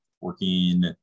working